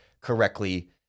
correctly